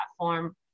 platform